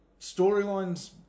storylines